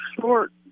short